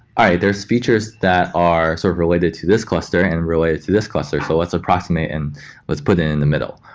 there's features that are sort of related to this cluster and related to this cluster. so let's approximate and let's put it in the middle,